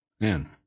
man